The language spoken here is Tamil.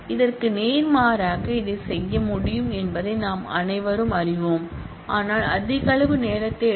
இதற்கு நேர்மாறாக இதைச் செய்ய முடியும் என்பதை நாம் அனைவரும் அறிவோம் ஆனால் அதிக அளவு நேரத்தை எடுக்கும்